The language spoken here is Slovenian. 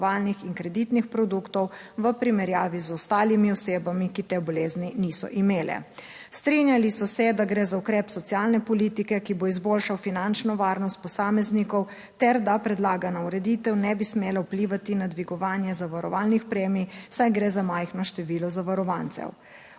in kreditnih produktov v primerjavi z ostalimi osebami, ki te bolezni niso imele. Strinjali so se, da gre za ukrep socialne politike, ki bo izboljšal finančno varnost posameznikov, ter da predlagana ureditev ne bi smela vplivati na dvigovanje zavarovalnih premij, saj gre za majhno število zavarovancev.